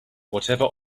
whatever